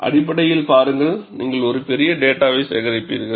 அடிப்படையில் பாருங்கள் நீங்கள் ஒரு பெரிய டேட்டாவை சேகரிப்பீர்கள்